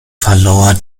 verlor